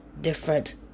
different